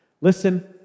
Listen